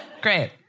great